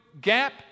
gap